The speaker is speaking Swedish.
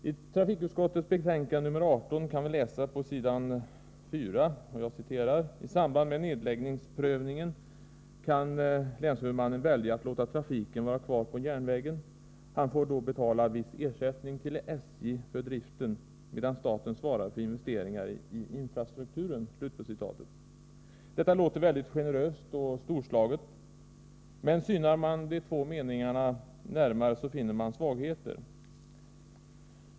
I trafikutskottets betänkande 18 kan vi läsa på s. 4: ”I samband med nedläggningsprövningen kan länshuvudmannen välja att låta trafiken vara kvar på järnvägen. Han får då betala viss ersättning till SJ för driften, medan staten svarar för investeringar i infrastrukturen.” Detta låter väldigt generöst och storslaget, men synar man de två meningarna närmare så finner man svagheter.